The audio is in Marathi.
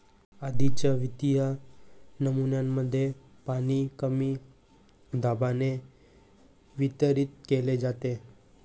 आधीच विहित नमुन्यांमध्ये पाणी कमी दाबाने वितरित केले जाते